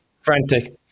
frantic